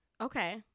Okay